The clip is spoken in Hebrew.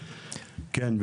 כן,